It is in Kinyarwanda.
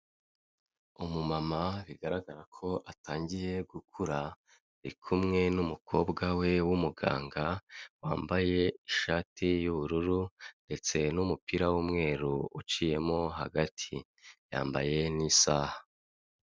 Umumama bigaragara ko atangiye gukura, ari kumwe n'umukobwa we w'umuganga, wambaye ishati y'ubururu ndetse n'umupira w'umweru uciyemo hagati, yambaye n'isaha.